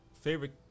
favorite